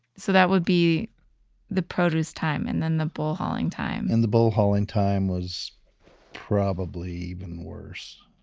so that would be the produce time and then the bull hauling time and the bull hauling time was probably even worse.